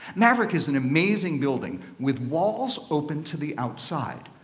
maverick is an amazing building with walls open to the outside.